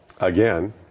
Again